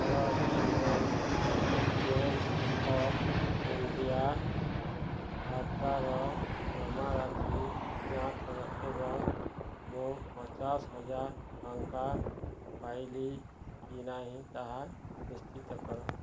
ମୋର union bank of India ଖାତାର ଜମାରାଶି ଯାଞ୍ଚ କର ଏବଂ ମୁଁ ପଚାଶହଜାର ଟଙ୍କା ପାଇଲି କି ନାହିଁ ତାହା ନିଶ୍ଚିତ କର